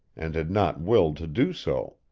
and had not willed to do so.